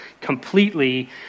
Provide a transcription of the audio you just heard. completely